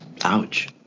Ouch